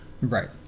Right